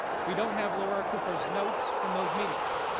we don't have laura cooper's notes from those meetings.